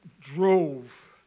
drove